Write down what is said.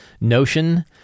Notion